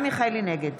נגד